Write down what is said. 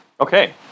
Okay